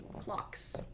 Clocks